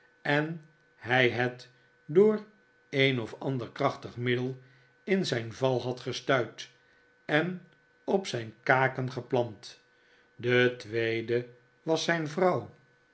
en hij het door een of ander krachtig middel in zijn val had gestuit en op zijn kaken geplant de tweede was zijn vrouw